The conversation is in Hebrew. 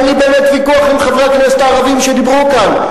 אין לי באמת ויכוח עם חברי הכנסת הערבים שדיברו כאן,